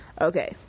Okay